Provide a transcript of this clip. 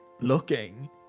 looking